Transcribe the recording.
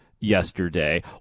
yesterday